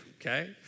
Okay